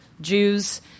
Jews